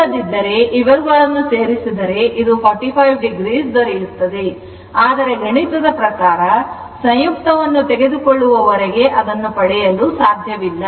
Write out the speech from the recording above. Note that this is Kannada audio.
ಇಲ್ಲದಿದ್ದರೆ ಇವುಗಳನ್ನು ಸೇರಿಸಿದರೆ ಇದು 45o ದೊರೆಯುತ್ತದೆ ಆದರೆ ಗಣಿತದ ಪ್ರಕಾರ ಸಂಯುಕ್ತವನ್ನು ತೆಗೆದುಕೊಳ್ಳುವವರೆಗೆ ಅದನ್ನುಪಡೆಯಲು ಸಾಧ್ಯವಿಲ್ಲ